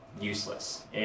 useless